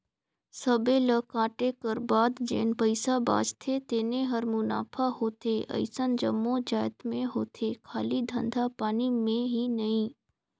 सबे ल कांटे कर बाद जेन पइसा बाचथे तेने हर मुनाफा होथे अइसन जम्मो जाएत में होथे खाली धंधा पानी में ही नई